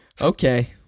Okay